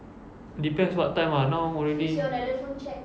depends what time ah now already